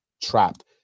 trapped